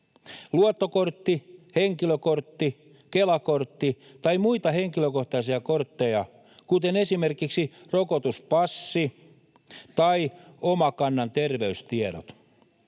luottokortti, henkilökortti, Kela-kortti tai muita henkilökohtaisia kortteja, kuten esimerkiksi rokotuspassi tai Omakannan terveystiedot.